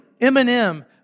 Eminem